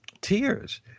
Tears